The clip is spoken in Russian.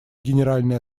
генеральной